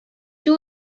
two